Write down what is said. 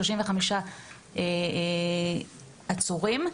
מ-35 עצורים.